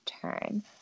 turn